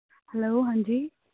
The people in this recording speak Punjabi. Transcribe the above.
ਹੈਲੋ ਹਾਂਜੀ